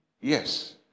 yes